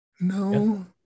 No